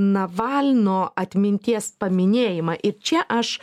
navalno atminties paminėjimą ir čia aš